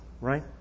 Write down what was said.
right